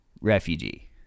refugee